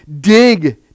dig